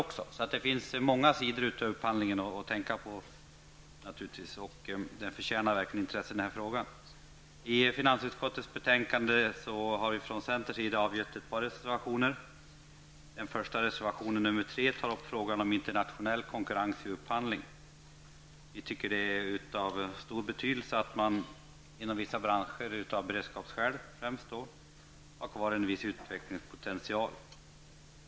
Det finns alltså många sidor av upphandlingen att tänka på, och den här frågan förtjänar verkligen intresse. Till finansutskottets betänkande har vi från centerns sida avgivit ett par reservationer. I den första, nr 3, berörs frågan om internationell konkurrens i upphandling. Vi anser att det främst av beredskapsskäl är av stor betydelse att man inom vissa branscher har kvar en viss utvecklingspotential.